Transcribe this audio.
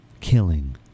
Killing